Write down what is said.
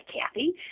Kathy